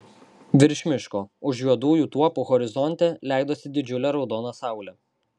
virš miško už juodųjų tuopų horizonte leidosi didžiulė raudona saulė